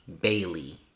Bailey